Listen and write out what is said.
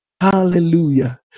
Hallelujah